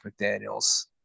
McDaniels